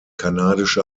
kanadische